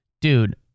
dude